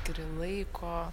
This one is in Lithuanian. turi laiko